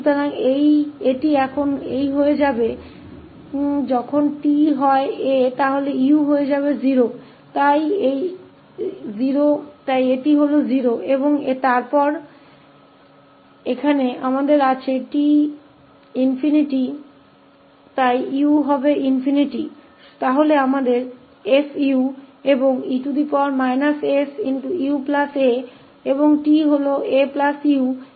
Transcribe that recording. तो यह अब यह हो जाएगा जब t a है तो 𝑢 0 हो जाएगा इसलिए यह 0 है और फिर हमारे पास 𝑡 ∞ है इसलिए 𝑢 भी ∞होगा तो हमारे पास 𝑓𝑢 औरe su a और t 𝑎 𝑢 है और फिर 𝑑𝑡 है